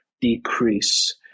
decrease